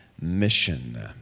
mission